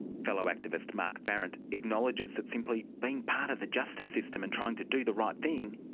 fellow activist mark farrant acknowledges that simply being part of the justice system, and trying to do the right thing,